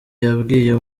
yabwiye